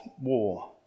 war